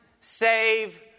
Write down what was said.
save